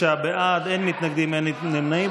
29 בעד, אין מתנגדים, אין נמנעים.